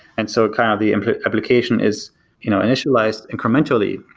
and so kind of the and application is you know initialized incrementally.